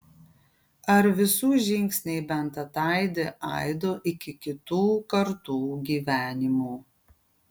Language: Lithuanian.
ar visų žingsniai bent ataidi aidu iki kitų kartų gyvenimų